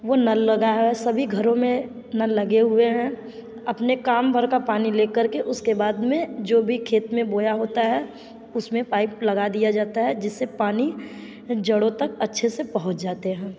वो नल लगा है सभी घरो में नल लगे हुए हैं अपने काम भर का पानी ले कर के उसके बाद में जो भी खेत में बोया होता है उसमें पाइप लगा दिया जाता है जिससे पानी जड़ो तक अच्छे से पहुँच जाता है